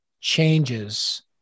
changes